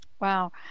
Wow